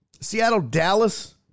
Seattle-Dallas